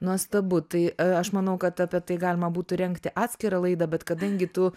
nuostabu tai aš manau kad apie tai galima būtų rengti atskirą laidą bet kadangi tu